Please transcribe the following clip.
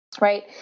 Right